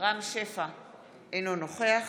אינו נוכח